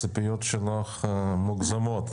הציפיות שלך מוגזמות.